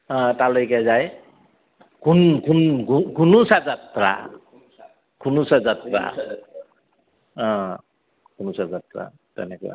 অঁ তালৈকে যায় ঘূন ঘূন ঘূনুচা যাত্ৰা ঘূনুচা যাত্ৰা অঁ ঘূনুচা যাত্ৰা তেনেকুৱা